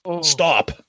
Stop